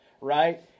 right